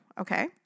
Okay